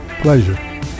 pleasure